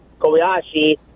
Kobayashi